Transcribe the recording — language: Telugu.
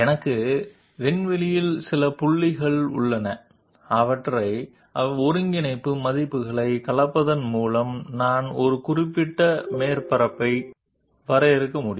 మేము స్పేస్లో కొన్ని పాయింట్లను కలిగి ఉన్నాను మరియు వాటి కోఆర్డినేట్ విలువలను కలపడం ద్వారా మేము నిర్దిష్ట ఉపరితలాన్ని నిర్వచించగలము